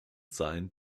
sein